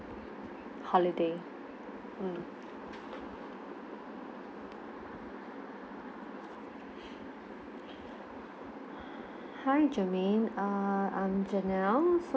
holiday mm hi germaine I'm janelle so~